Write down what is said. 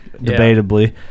Debatably